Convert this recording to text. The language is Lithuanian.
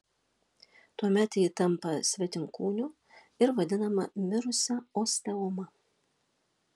tuomet ji tampa svetimkūniu ir vadinama mirusia osteoma